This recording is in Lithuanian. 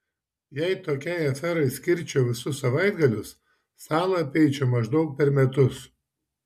jei tokiai aferai skirčiau visus savaitgalius salą apeičiau maždaug per metus